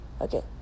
okay